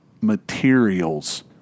materials